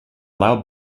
allow